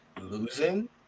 losing